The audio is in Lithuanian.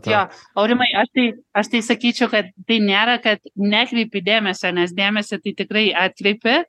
jo aurimai aš tai aš tai sakyčiau kad tai nėra kad nekreipiu dėmesio nes dėmesį tai tikrai atkreipi